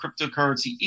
cryptocurrency